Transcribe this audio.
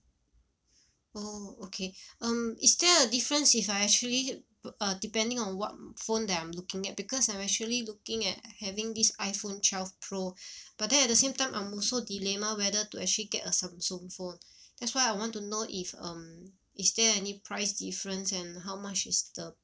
oh okay um is there a difference if I actually uh depending on what phone that I'm looking at because I'm actually looking at having this iphone twelve pro but then at the same time I'm also dilemma whether to actually get a samsung phone that's why I want to know if um is there any price difference and how much is the